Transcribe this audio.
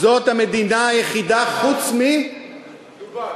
זאת המדינה היחידה, חוץ מבחריין.